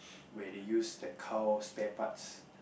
where they use the cow's spare parts